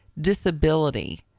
disability